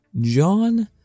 John